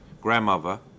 grandmother